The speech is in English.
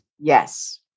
Yes